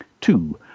Two